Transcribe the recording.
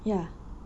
ya